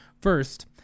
First